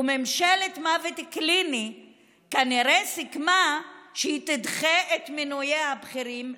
וממשלת מוות קליני כנראה סיכמה שהיא תדחה את מינויי הבכירים.